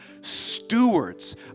stewards